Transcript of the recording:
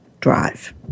drive